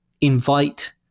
invite